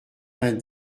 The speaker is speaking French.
vingt